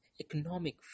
economic